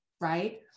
right